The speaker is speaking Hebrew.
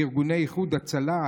ארגוני איחוד הצלה,